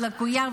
הם לקויים,